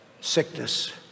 sickness